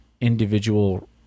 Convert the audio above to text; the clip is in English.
individual